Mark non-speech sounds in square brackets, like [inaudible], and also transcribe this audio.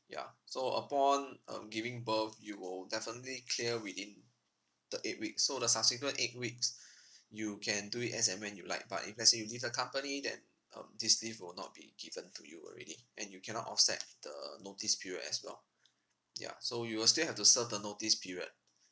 ya so upon um giving birth you will definitely clear within the eight weeks so the subsequent eight weeks [breath] you can do it as and when you like but if let's say you leave the company then um this leave will not be given to you already and you cannot offset the notice period as well ya so you will still have to serve the notice period